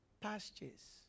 pastures